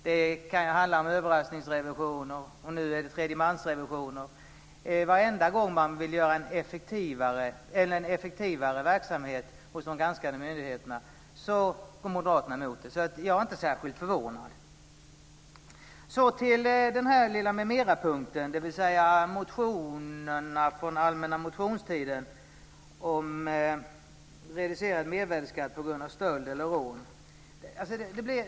Det kan handla om överraskningsrevisioner eller som nu tredjemansrevisioner. Varenda gång man vill göra en effektivare verksamhet hos de granskande myndigheterna går moderaterna emot det, så jag är inte särskilt förvånad. Så till den lilla m.m.-punkten, dvs. motionerna från den allmänna motionstiden om reducerad mervärdesskatt på grund av stöld eller rån.